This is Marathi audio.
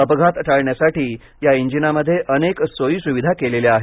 अपघात टाळण्यासाठी या इंजिनामध्ये अनेक सोयीसुविधा केलेल्या आहेत